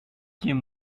quien